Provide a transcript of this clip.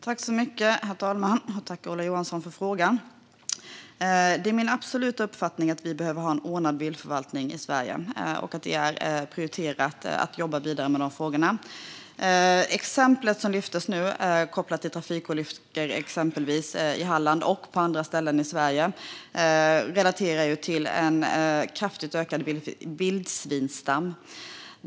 Herr talman! Tack, Ola Johansson, för frågan! Det är min absoluta uppfattning att vi behöver ha en ordnad viltförvaltning i Sverige och att det är prioriterat att jobba vidare med de frågorna. Exemplet som lyftes kopplat till exempelvis trafikolyckor i Halland och på andra ställen i Sverige relaterar till en kraftigt ökad vildsvinsstam.